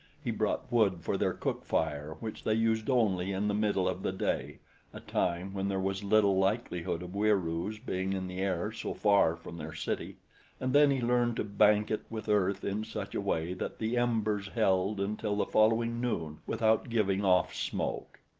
he brought wood for their cook-fire which they used only in the middle of the day a time when there was little likelihood of wieroos being in the air so far from their city and then he learned to bank it with earth in such a way that the embers held until the following noon without giving off smoke.